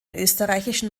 österreichischen